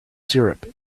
syrup